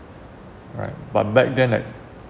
alright but back then like